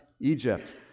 Egypt